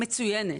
מצוינת,